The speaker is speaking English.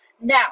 Now